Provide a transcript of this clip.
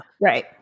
Right